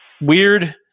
weird